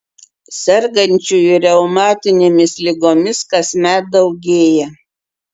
sergančiųjų reumatinėmis ligomis kasmet daugėja